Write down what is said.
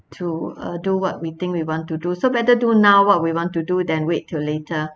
to uh do what we think we want to do so better do now what we want to do than wait till later